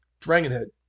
Dragonhead